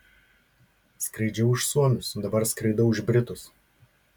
skraidžiau už suomius dabar skraidau už britus